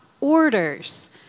orders